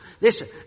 Listen